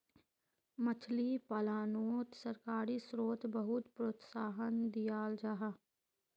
मछली पालानोत सरकारी स्त्रोत बहुत प्रोत्साहन दियाल जाहा